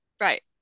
Right